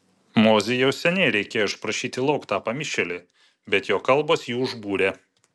mozei jau seniai reikėjo išprašyti lauk tą pamišėlį bet jo kalbos jį užbūrė